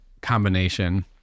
combination